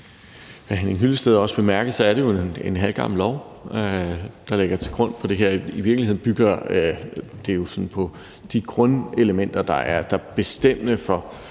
hr. Henning Hyllested også bemærkede, er det jo en halvgammel lov, der ligger til grund for det her. I virkeligheden bygger det jo sådan på de grundelementer, der er bestemmende for